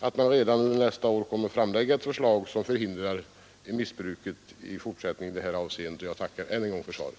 att man redan nästa år kommer att framlägga ett förslag som förhindrar fortsatt missbruk i detta avseende. Jag tackar än en gång för svaret.